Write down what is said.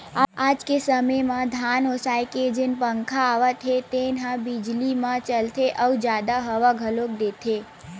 आज के समे म धान ओसाए के जेन पंखा आवत हे तेन ह बिजली म चलथे अउ जादा हवा घलोक देथे